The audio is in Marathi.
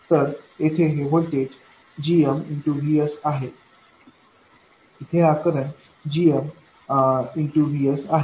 तर येथे हे व्होल्टेज gmVS आहे येथे हा करंट gmVS आहे